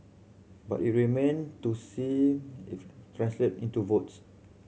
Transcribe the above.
but it remain to seen if translate into votes